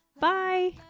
Bye